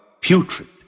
putrid